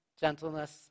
gentleness